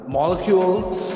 molecules